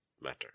matter